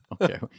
Okay